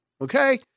okay